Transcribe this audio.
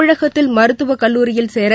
தமிழகத்தில் மருத்துவக் கல்லூரியில் சேர